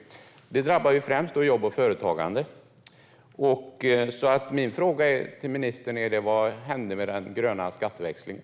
Det drabbar främst jobb och företagande. Min fråga till ministern är: Vad hände med den gröna skatteväxlingen?